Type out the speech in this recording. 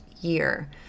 year